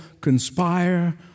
conspire